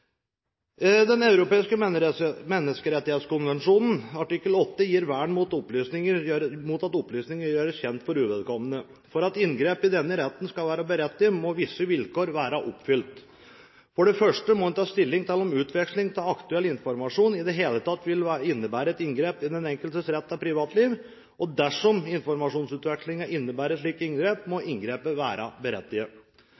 Den europeiske menneskerettighetskonvensjon artikkel 8 gir vern mot at opplysninger gjøres kjent for uvedkommende. For at inngrep i denne retten skal være berettiget, må visse vilkår være oppfylt. For det første må man ta stilling til om utveksling av aktuell informasjon i det hele tatt vil innebære et inngrep i den enkeltes rett til privatliv, og dersom informasjonsutvekslingen innebærer et slikt inngrep, må